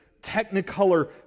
technicolor